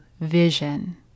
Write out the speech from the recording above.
vision